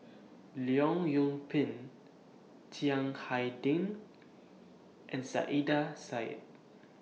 Leong Yoon Pin Chiang Hai Ding and Saiedah Said